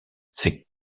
c’est